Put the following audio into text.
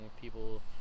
people